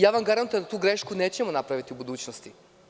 Ja vam garantujem da tu grešku nećemo napraviti u budućnosti.